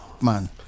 man